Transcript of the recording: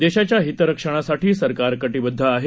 देशाच्या हितरक्षणासाठी सरकार कटिबद्ध आहे